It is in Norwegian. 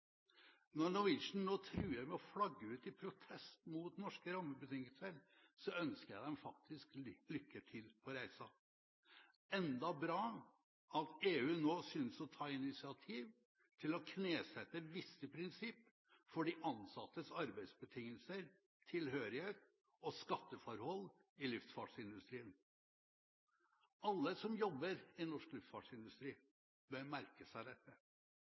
Når Norwegian nå truer med å flagge ut i protest mot norske rammebetingelser, ønsker jeg dem faktisk lykke til på reisen. Enda bra at EU nå synes å ta initiativ til å knesette visse prinsipper for de ansattes arbeidsbetingelser, tilhørighet og skatteforhold i luftfartsindustrien. Alle som jobber i norsk luftfartsindustri, bør merke seg dette.